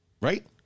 right